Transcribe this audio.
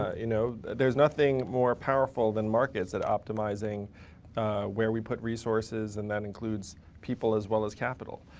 you know, there's nothing more powerful than markets at optimizing where we put resources, and that includes people as well as capital.